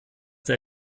der